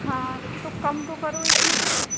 हाँ तो कम तो करो इसमें कुछ